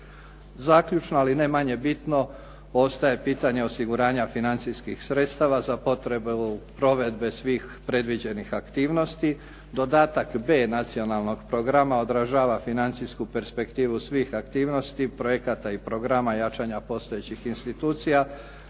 Zaključno ali ne manje bitno ostaje pitanje osiguranja financijskih sredstava za potrebu provedbe svih predviđenih aktivnosti, dodatak B nacionalnog programa odražava financijsku perspektivu svih aktivnosti, projekata i programa jačanja postojećih institucija